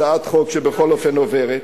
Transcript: הצעת חוק שבכל אופן עוברת.